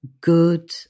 good